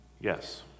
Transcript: Yes